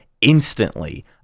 instantly